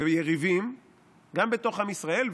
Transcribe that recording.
ויריבים גם בתוך עם ישראל,